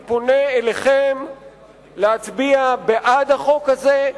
אני פונה אליכם להצביע בעד החוק הזה,